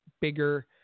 bigger